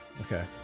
Okay